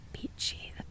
beachy